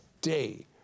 day